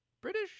british